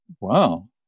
wow